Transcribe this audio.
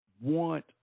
want